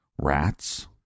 rats